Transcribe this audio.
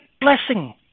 blessing